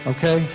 Okay